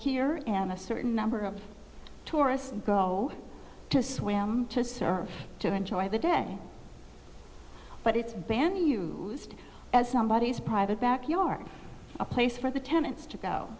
here and a certain number of tourists go to swim to surf to enjoy the day but it's ban you used as somebody as private backyard a place for the tenants to go